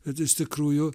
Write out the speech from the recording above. bet iš tikrųjų